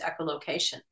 echolocation